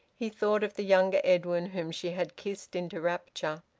he thought of the younger edwin whom she had kissed into rapture,